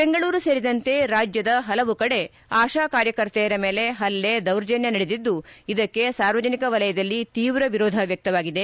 ಬೆಂಗಳೂರು ಸೇರಿದಂತೆ ರಾಜ್ಯದ ಪಲವು ಕಡೆ ಆಶಾ ಕಾರ್ಯಕರ್ತೆಯರ ಮೇಲೆ ಪಲ್ಲೆ ದೌರ್ಜನ್ನ ನಡೆದಿದ್ದು ಇದಕ್ಕೆ ಸಾರ್ವಜನಿಕ ವಲಯದಲ್ಲಿ ತೀವ್ರ ವಿರೋಧ ವ್ಯಕ್ತವಾಗಿದೆ